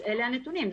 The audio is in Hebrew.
נתונים.